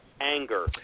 Anger